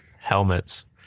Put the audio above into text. Helmets